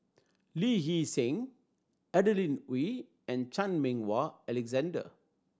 Lee Hee Seng Adeline Ooi and Chan Meng Wah Alexander